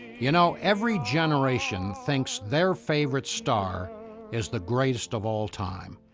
you know, every generation thinks their favorite star is the greatest of all time.